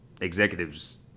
executives –